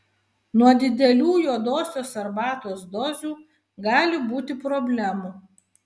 nuo didelių juodosios arbatos dozių gali būti problemų